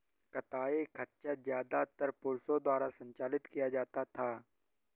कताई खच्चर ज्यादातर पुरुषों द्वारा संचालित किया जाता था